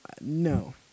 No